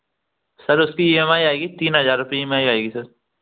sir उसकी E M I आएगी तीन हज़ार रुपये ई एम आई आएगी सर